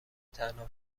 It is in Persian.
تنها